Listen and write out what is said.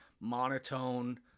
monotone